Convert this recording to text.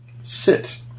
Sit